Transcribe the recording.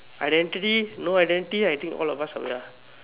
identity no identity I think all of us are we are